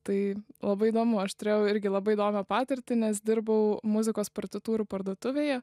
tai labai įdomu aš turėjau irgi labai įdomią patirtį nes dirbau muzikos partitūrų parduotuvėje